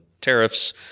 tariffs